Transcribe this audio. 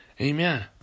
Amen